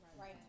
Right